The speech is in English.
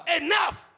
enough